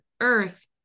earth